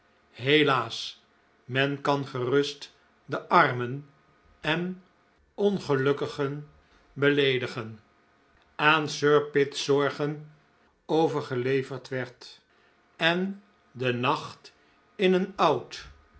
helaas men kan gerust de armen en ongelukkigen beleedigen aan sir pitt's zorgen overgeleverd werd en den nacht in een oud